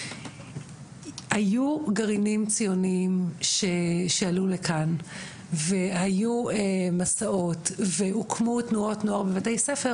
היו גרעינים ציוניים שעלו לכאן והיו מסעות והוקמו תנועות נוער בבתי ספר,